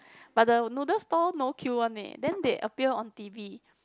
but the noodles no no queue one leh then they appear on T_V